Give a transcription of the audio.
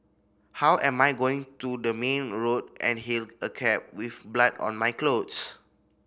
how am I going to the main road and hail a cab with blood on my clothes